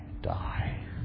die